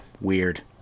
weird